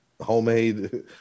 homemade